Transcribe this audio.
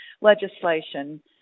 legislation